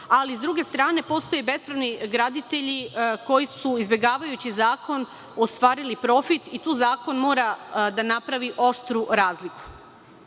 ali s druge strane postoje bespravni graditelji koji su, izbegavajući zakon, ostvarili profit i tu zakon mora da napravi oštru razliku.